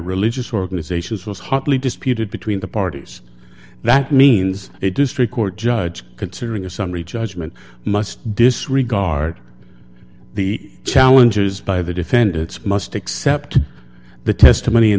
religious organizations was hotly disputed between the parties that means a district court judge considering a summary judgment must disregard the challenges by the defendants must accept the testimony